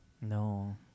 no